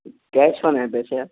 cash ہونا ہے پیسے